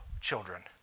children